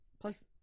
plus